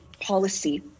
policy